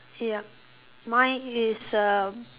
ya mine is uh